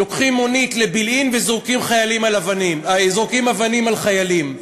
לוקחים מונית לבלעין וזורקים אבנים על חיילים.